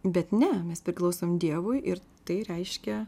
bet ne mes priklausom dievui ir tai reiškia